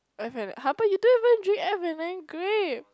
F and [huh] but you don't even drink F and N grape